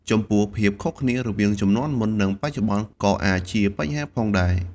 ចំពោះ ភាពខុសគ្នារវាងជំនាន់មុន និងបច្ចុប្បន្នក៏អាចជាបញ្ហាផងដែរ។